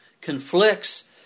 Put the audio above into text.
conflicts